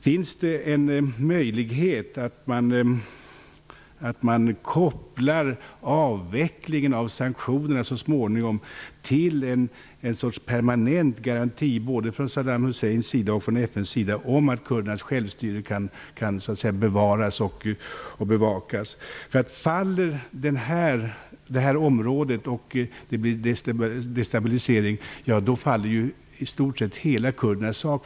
Finns det en möjlighet att så småningom koppla avvecklingen av sanktionerna till en sorts permanent garanti både från Saddam Husseins sida och från FN:s sida för att kurdernas självstyre kan bevaras och bevakas? Om detta område destabiliseras, faller i stort sett hela kurdernas sak.